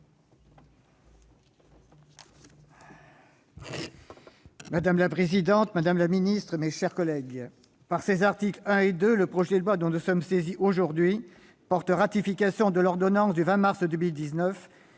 Madame la présidente, madame la ministre, mes chers collègues, par ses articles 1 et 2, le projet de loi dont nous sommes saisis aujourd'hui porte ratification de l'ordonnance du 20 mars 2019